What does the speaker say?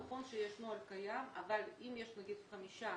נכון שיש נוהל קיים אבל אם יש נגיד חמישה,